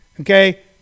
Okay